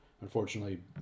Unfortunately